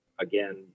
again